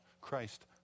Christ